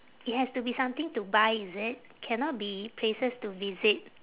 it has to be something to buy is it cannot be places to visit